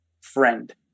friend